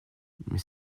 mais